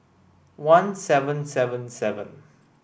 one seven seven seven